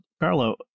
Carlo